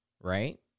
right